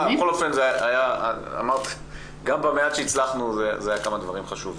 גם במעט שהצלחנו, זה היה כמה דברים חשובים.